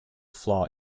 flaw